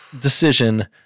decision